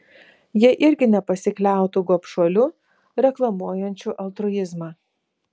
jie irgi nepasikliautų gobšuoliu reklamuojančiu altruizmą